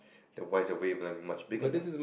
then why is wavelength much bigger now